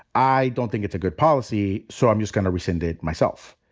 i don't think it's a good policy. so i'm just gonna rescind it myself.